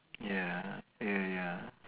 ya ya ya ya